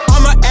I'ma